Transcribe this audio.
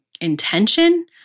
intention